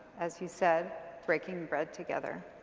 as you said, breaking bread together.